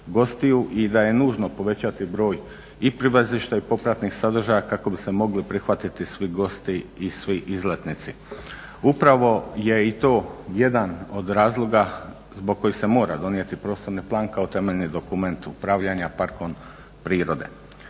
i da je nužno povećati broj i prilazišta i popratnih sadržaja kako bi se mogli prihvatiti svi gosti i svi izletnici. Upravo je i to jedan od razloga zbog kojih se mora donijeti prostorni plan kao temeljni dokument upravljanja parkom prirode.